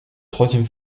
troisième